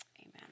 amen